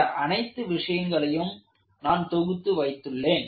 இந்த அனைத்து விஷயங்களையும் நான் தொகுத்து வைத்துள்ளேன்